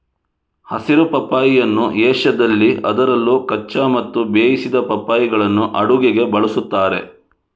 ಹಸಿರು ಪಪ್ಪಾಯಿಯನ್ನು ಏಷ್ಯಾದಲ್ಲಿ ಅದರಲ್ಲೂ ಕಚ್ಚಾ ಮತ್ತು ಬೇಯಿಸಿದ ಪಪ್ಪಾಯಿಗಳನ್ನು ಅಡುಗೆಗೆ ಬಳಸುತ್ತಾರೆ